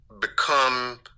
Become